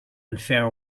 unfair